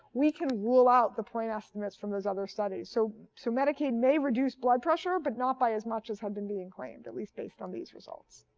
we can rule out the point estimates from those other studies. so so medicaid may reduce blood pressure, but not by as much as was and being claimed, at least based on these results.